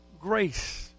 grace